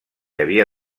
havia